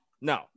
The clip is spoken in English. no